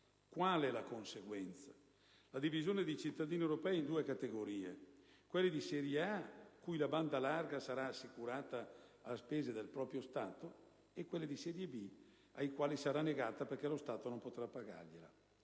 qual è la conseguenza? La divisione dei cittadini europei in due categorie: quelli di «serie A», cui la banda larga sarà assicurata a spese del proprio Stato, e quelli di «serie B», ai quali sarà negata perché lo Stato non potrà pagargliela.